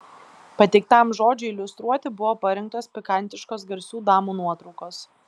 pateiktam žodžiui iliustruoti buvo parinktos pikantiškos garsių damų nuotraukos